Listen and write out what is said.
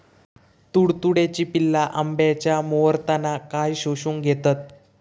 तुडतुड्याची पिल्ला आंब्याच्या मोहरातना काय शोशून घेतत?